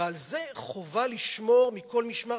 ועל זה חובה לשמור מכל משמר,